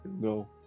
no